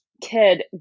kid